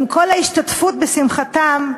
עם כל ההשתתפות בשמחתם,